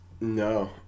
No